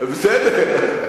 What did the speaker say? בסדר.